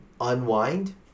unwind